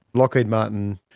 lockheed martin,